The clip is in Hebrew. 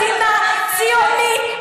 שבזכותם נמשיך להיות מדינה ציונית,